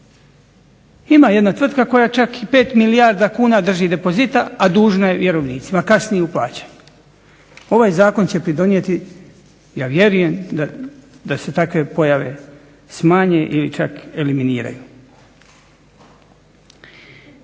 Ima jedna tvrtka koja čak 5 milijarda kuna drži depozita a dužna je vjerovnicima, a kasni u plaćanju. Ovaj Zakon će pridonijeti da se takve pojave smanje ili čak eliminiraju.